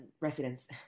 residents